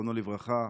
זיכרונו לברכה.